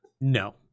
no